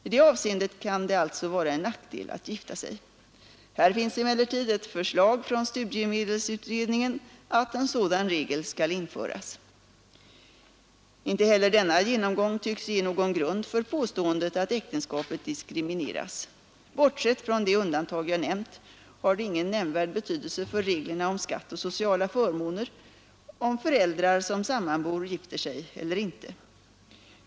I det avseendet kan det alltså vara en nackdel att gifta sig. Här finns emellertid ett förslag från studiemedelsutredningen att en sådan regel skall införas. Inte heller denna genomgång tycks ge någon grund för påståendet att äktenskapet diskrimineras. Bortsett från de undantag jag nämnt har det ingen nämnvärd betydelse för reglerna om skatt och sociala förmåner om föräldrar som sammanbor gifter sig eller inte.